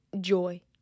joy